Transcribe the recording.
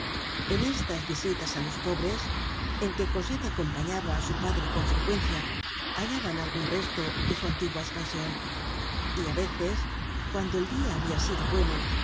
en estas visitas á los pobres en que cosette acompañaba á su padre con frecuencia hallaban algun resto de su antigua cspansion y á veces cuando el dia habia sido bueno